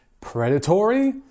predatory